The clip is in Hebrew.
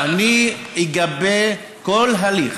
אגבה כל הליך.